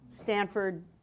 Stanford